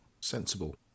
Sensible